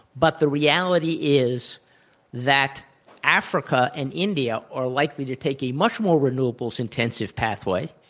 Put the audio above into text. but the reality is that africa and india are likely to take a much more renewables intensive pathway.